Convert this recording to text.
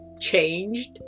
changed